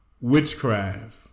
witchcraft